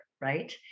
right